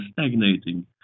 stagnating